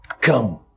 Come